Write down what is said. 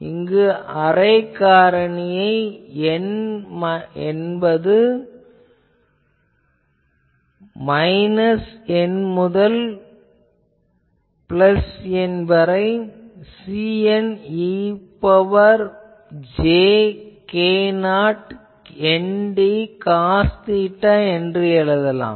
இங்கு அரே காரணியை n என்பது மைனஸ் N முதல் N Cn e ன் power j k0 nd cos theta என எழுதலாம்